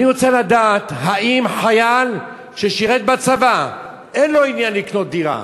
אני רוצה לדעת: האם חייל ששירת בצבא ואין לו עניין לקנות דירה,